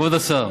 כבוד השר,